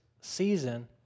season